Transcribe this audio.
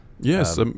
yes